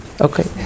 Okay